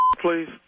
please